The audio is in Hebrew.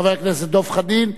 חבר הכנסת דב חנין,